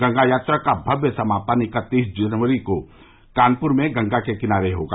गंगा यात्रा का भव्य समापन इक्त्तीस जनवरी को कानपुर में गंगा के किनारे होगा